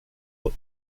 that